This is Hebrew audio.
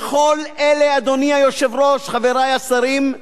וכל אלה, אדוני היושב-ראש, חברי השרים,